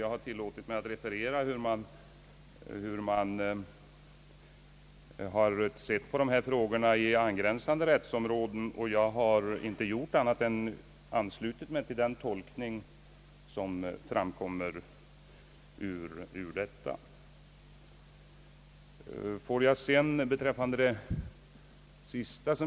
Jag har tillåtit mig referera hur man har bedömt dessa frågor i angränsande rättsområden, och jag har inte gjort annat än anslutit mig till den tolkning som framkommer ur detta.